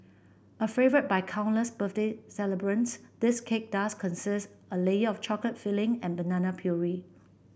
a favourite by countless birthday celebrants this cake does consist a layer of chocolate filling and banana puree